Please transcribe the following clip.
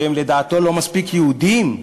שהם, לדעתו, לא מספיק יהודים,